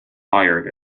hired